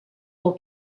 pel